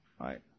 Right